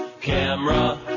camera